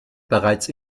bereits